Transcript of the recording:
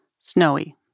snowy